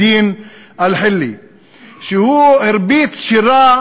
הוא הרביץ שירה